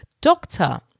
doctor